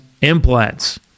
implants